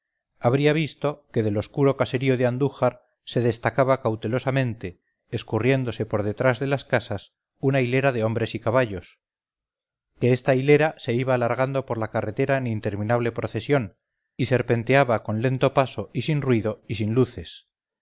habría visto que del oscuro caserío de andújar se destacaba cautelosamente escurriéndose por detrás de las casas una hilera de hombres y caballos que esta hilera se iba alargando por la carretera en interminable procesión y serpenteaba con lento paso y sin ruido y sin luces